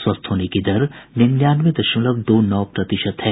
स्वस्थ होने की दर निन्यानवे दशमलव दो नौ प्रतिशत है